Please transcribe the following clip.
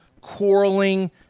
quarreling